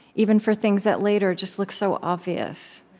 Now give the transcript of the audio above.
even for things that, later, just look so obvious